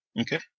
okay